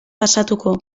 pasatuko